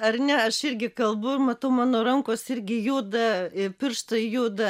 ar ne aš irgi kalbu ir matau mano rankos irgi juda ir pirštai juda